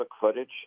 footage